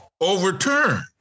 overturned